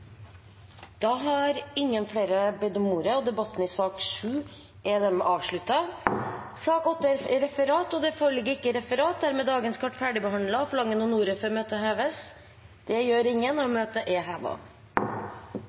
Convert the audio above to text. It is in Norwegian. bedt om ordet til sak nr. 7. Det foreligger ikke noe referat. Dermed er dagens kart ferdigbehandlet. Forlanger noen ordet før møtet heves? – Det gjør ingen, og møtet er